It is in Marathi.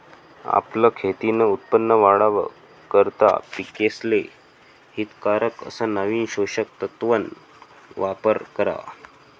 आपलं खेतीन उत्पन वाढावा करता पिकेसले हितकारक अस नवीन पोषक तत्वन वापर करा